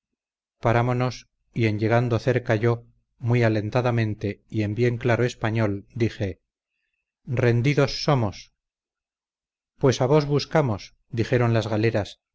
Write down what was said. parámonos y en llegando cerca yo muy alentadamente y en bien claro español dije rendidos somos pues a vos buscamos dijeron las galeras